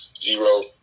zero